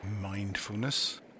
mindfulness